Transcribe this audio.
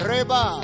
Reba